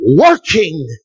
working